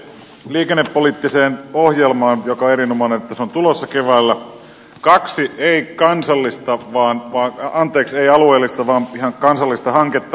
liikennepoliittiseen ohjelmaan on erinomaista että se on tulossa keväällä kaksi ei alueellista vaan ihan kansallista hanketta